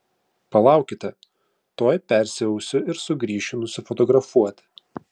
palaukite tuoj persiausiu ir sugrįšiu nusifotografuoti